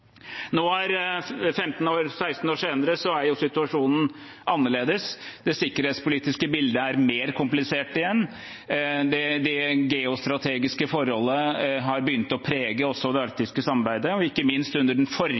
16 år senere, er jo situasjonen annerledes. Det sikkerhetspolitiske bildet er mer komplisert. Det geostrategiske forholdet har begynt å prege også det arktiske samarbeidet. Ikke minst under den forrige